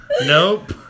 Nope